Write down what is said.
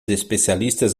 especialistas